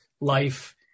life